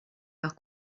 leur